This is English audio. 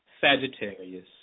Sagittarius